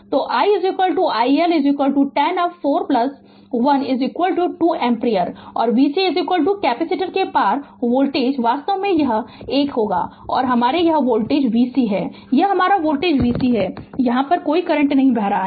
तो i i L 10 अप 4 plus 1 2 ampere और v C कैपेसिटर के पार वोल्टेज वास्तव में यह है यह 1 हमारे और यह वोल्टेज v C है यह हमारा वोल्टेज है v C यहाँ कोई करंट नहीं बह रहा है